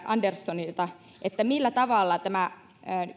anderssonilta millä tavalla tämä